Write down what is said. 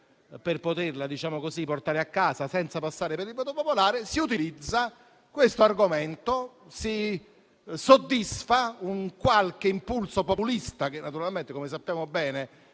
per poterla portare a casa senza passare per il voto popolare, si utilizza questo argomento, soddisfacendo un qualche impulso populista che naturalmente, come sappiamo bene,